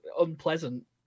unpleasant